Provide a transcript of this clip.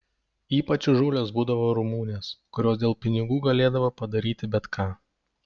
ypač įžūlios būdavo rumunės kurios dėl pinigų galėdavo padaryti bet ką